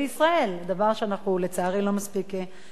דבר שלצערי אנחנו לא מספיק חזקים בו,